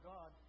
God